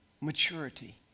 maturity